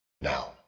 Now